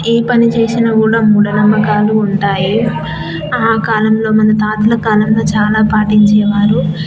ఏ పని చేసినా కూడా మూఢనమ్మకాలు ఉంటాయి ఆ కాలంలో మన తాతల కాలంలో చాలా పాటించేవారు